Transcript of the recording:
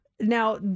Now